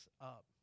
up